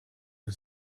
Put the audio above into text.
and